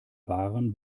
waren